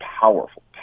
powerful